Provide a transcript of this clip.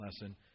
lesson